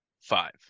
Five